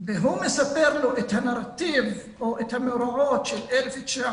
והוא מספר לו את הנרטיב או את המאורעות של 1948